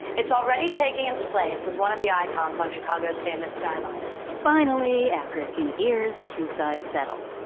it's already taking its place as one of the icons on chicago's famous skyline finally, after a few years, the two sides settle.